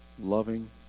loving